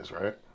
right